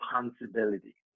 responsibility